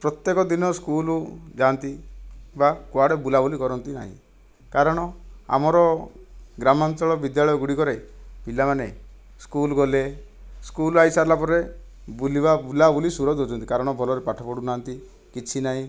ପ୍ରତ୍ୟେକ ଦିନ ସ୍କୁଲ ଯାଆନ୍ତି ବା କୁଆଡ଼େ ବୁଲା ବୁଲି କରନ୍ତି ନାହିଁ କାରଣ ଆମର ଗ୍ରାମାଞ୍ଚଳ ବିଦ୍ୟାଳୟ ଗୁଡ଼ିକରେ ପିଲାମାନେ ସ୍କୁଲ ଗଲେ ସ୍କୁଲ ଆସି ସାରିଲା ପରେ ବୁଲିବା ବୁଲା ବୁଲି ସୁର ଦେଉଛନ୍ତି କାରଣ ଭଲରେ ପାଠ ପଢ଼ୁ ନାହାନ୍ତି କିଛି ନାହିଁ